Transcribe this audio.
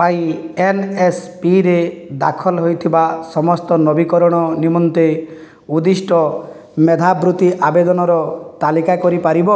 ପାଇଁ N S P ରେ ଦାଖଲ ହୋଇଥିବା ସମସ୍ତ ନବୀକରଣ ନିମନ୍ତେ ଉଦ୍ଦିଷ୍ଟ ମେଧାବୃତ୍ତି ଆବେଦନର ତାଲିକା କରିପାରିବ